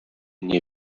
nie